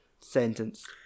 sentence